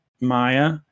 Maya